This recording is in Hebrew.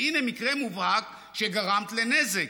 והינה מקרה מובהק שגרמת לנזק.